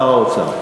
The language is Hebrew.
שר האוצר.